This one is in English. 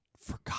forgot